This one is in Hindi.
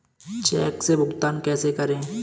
चेक से भुगतान कैसे करें?